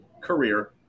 career